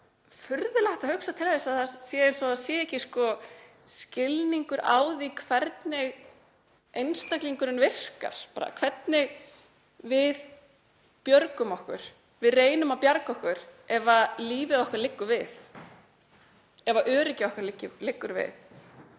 eins og ekki sé skilningur á því hvernig einstaklingurinn virkar, hvernig við björgum okkur. Við reynum að bjarga okkur ef líf okkar liggur við, ef öryggi okkar er undir.